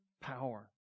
power